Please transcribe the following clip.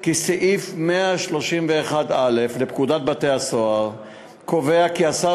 כי סעיף 131א לפקודת בתי-הסוהר קובע כי השר